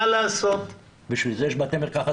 אני רוצה שתבין: יש נושאים ששייכים לוועדה זו.